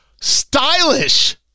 Stylish